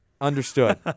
Understood